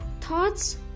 thoughts